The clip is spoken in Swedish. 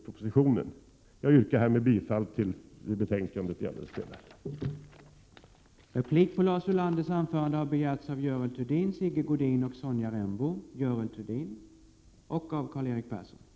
Jag ber att få yrka bifall till hemställan i arbetsmarknadsutskottets betänkande nr 18.